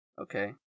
Okay